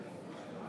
נגד,